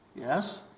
Yes